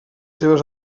seves